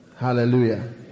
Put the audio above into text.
hallelujah